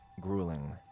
grueling